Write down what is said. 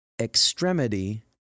extremity